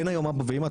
אין היום אבא ואמא.